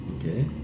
Okay